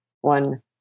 one